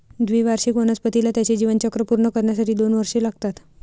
द्विवार्षिक वनस्पतीला त्याचे जीवनचक्र पूर्ण करण्यासाठी दोन वर्षे लागतात